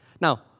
Now